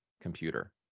computer